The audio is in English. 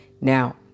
Now